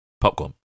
Popcorn